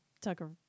Tucker